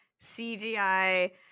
CGI